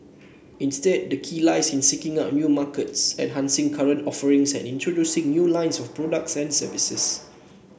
instead the key lies in seeking out new markets enhancing current offerings and introducing new lines of products and services